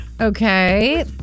Okay